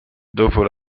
dopo